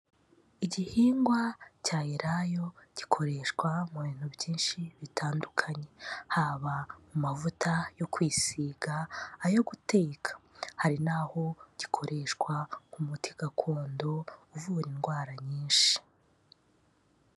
Igihingwa cya elayo gikoreshwa mu bintu byinshi bitandukanye, haba mu mavuta yo kwisiga, ayo guteka, hari n'aho gikoreshwa nk'umuti gakondo uvura indwara nyinshi.